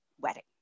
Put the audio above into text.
wedding